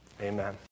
amen